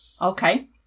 Okay